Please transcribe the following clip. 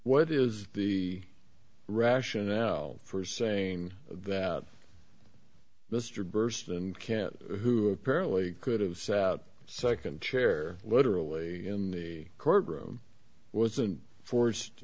what is the rationale for saying that mr burst and can't who apparently could have sat out second chair literally in the courtroom wasn't forced